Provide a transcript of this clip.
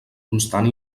constant